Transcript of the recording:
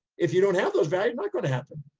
if you don't have those values, not going to happen,